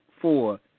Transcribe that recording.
four